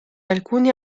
alcuni